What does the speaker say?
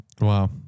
Wow